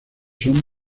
son